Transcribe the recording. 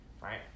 right